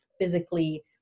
physically